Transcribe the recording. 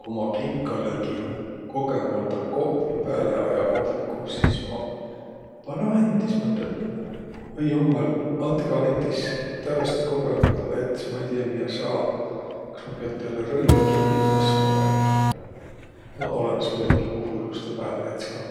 Ku ma kinkalõgi kogõmaldaq kohvi pääle aja kohvikuh, sis maq pallõ andis. Ma ütle: "Oi jummal, andkõq andis! Tävveste kogõmaldaq läts'. Ma ei tiiäq, miä saa, kas ma piät teile rõivaq kinniq masma vai." No olõnõs muidoki, ku hullustõ pääle läts' kah.